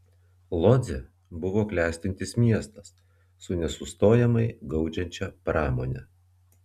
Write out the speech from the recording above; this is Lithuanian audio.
lodzė buvo klestintis miestas su nesustojamai gaudžiančia pramone